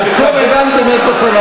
אתה יודע מה?